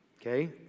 okay